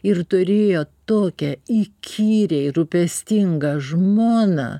ir turėjo tokią įkyriai rūpestingą žmoną